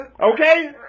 Okay